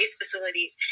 facilities